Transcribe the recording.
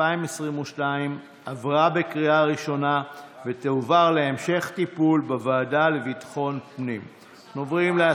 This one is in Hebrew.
התשפ"ב 2022, לוועדת ביטחון הפנים נתקבלה.